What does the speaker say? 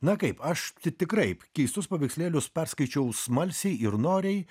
na kaip aš tikrai keistus paveikslėlius perskaičiau smalsiai ir noriai